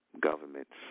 Governments